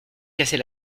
casser